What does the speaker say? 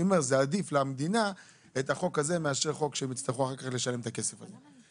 עדיף למדינה החוק כזה מאשר לשלם חוק שבו הם יצטרכו לשלם את הכסף הזה.